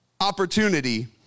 opportunity